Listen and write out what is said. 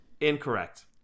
Incorrect